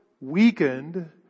weakened